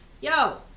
yo